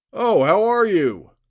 oh, how are you?